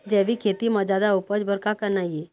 जैविक खेती म जादा उपज बर का करना ये?